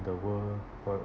the world bur~